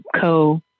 co